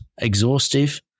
exhaustive